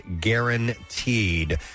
guaranteed